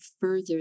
further